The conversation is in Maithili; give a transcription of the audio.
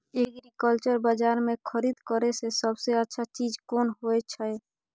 एग्रीकल्चर बाजार में खरीद करे से सबसे अच्छा चीज कोन होय छै?